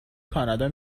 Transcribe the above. کانادا